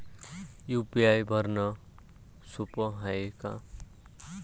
UPI भरनं सोप हाय का?